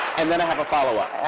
and then i have a follow